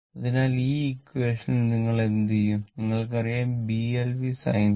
അതിനാൽ ഈ ഈക്വാഷൻ നിങ്ങൾ എന്തുചെയ്യും നിങ്ങൾക്കറിയാം Bl v sin θ